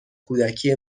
کودکی